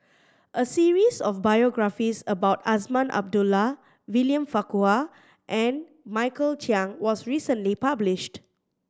a series of biographies about Azman Abdullah William Farquhar and Michael Chiang was recently published